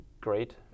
great